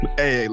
hey